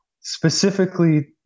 specifically